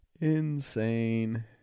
insane